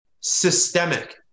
systemic